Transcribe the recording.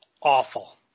awful